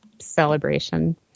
celebration